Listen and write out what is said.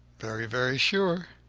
very, very sure!